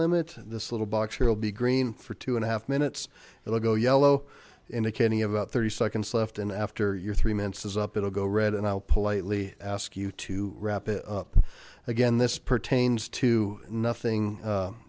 limit this little box will be green for two and a half minutes it will go yellow indicating about thirty seconds left and after your three minutes is up it will go read and i'll politely ask you to wrap it up again this pertains to nothing